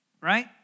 right